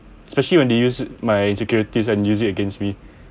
especially when they use my insecurities and use it against me